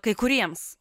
kai kuriems